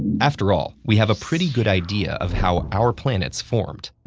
after all, we have a pretty good idea of how our planets formed.